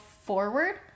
forward